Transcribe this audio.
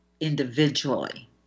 individually